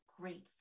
grateful